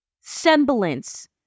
semblance